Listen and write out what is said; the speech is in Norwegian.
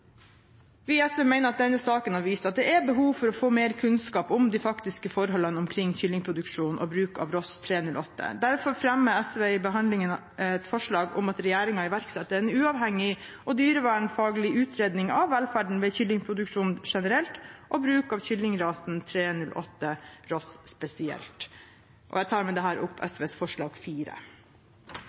Vi i SV mener at denne saken har vist at det er behov for å få mer kunnskap om de faktiske forholdene omkring kyllingproduksjon og bruk av Ross 308. Derfor fremmer SV i behandlingen et forslag om at regjeringen iverksetter en uavhengig og dyrevelferdsfaglig utredning av velferden ved kyllingproduksjon generelt, og bruk av kyllingrasen Ross 308 spesielt. Jeg tar med dette opp SVs forslag